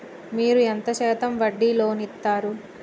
మీరు ఎంత శాతం వడ్డీ లోన్ ఇత్తరు?